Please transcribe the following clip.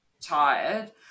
tired